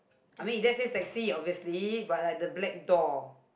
just